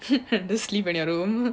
I'll just sleep in your room